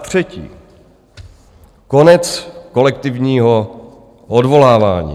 Za třetí konec kolektivního odvolávání.